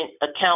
account